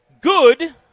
Good